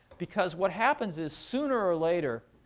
because what happens is, sooner or later,